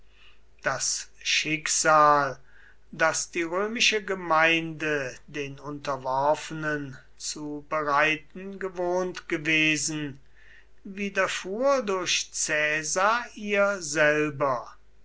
das schicksal das die römische gemeinde den unterworfenen zu bereiten gewohnt gewesen widerfuhr durch caesar ihr selber